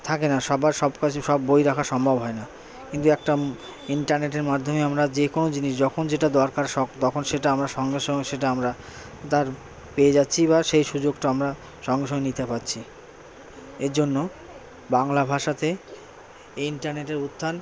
থাকে না সবার সব কাছে সব বই রাখা সম্ভব হয় না কিন্তু একটা ইন্টারনেটের মাধ্যমে আমরা যে কোনো জিনিস যখন যেটা দরকার শখ তখন সেটা আমরা সঙ্গে সঙ্গে সেটা আমরা তার পেয়ে যাচ্ছি বা সেই সুযোগটা আমরা সঙ্গে সঙ্গে নিতে পারছি এর জন্য বাংলা ভাষাতে এই ইন্টারনেটের উত্থান